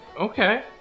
Okay